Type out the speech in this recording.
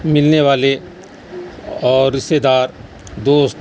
ملنے والے اور رشتےدار دوست